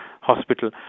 hospital